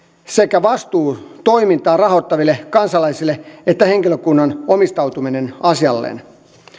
sekä vastuu toimintaa rahoittaville kansalaisille että henkilökunnan omistautuminen asialleen